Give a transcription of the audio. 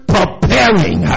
preparing